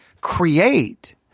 Create